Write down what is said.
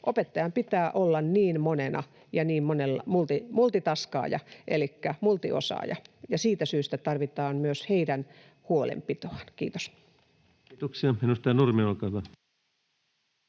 Opettajan pitää olla niin monena ja niin multitaskaaja elikkä multiosaaja, ja siitä syystä tarvitaan myös hänen huolenpitoaan. — Kiitos. Kiitoksia. — Edustaja Nurminen, olkaa hyvä.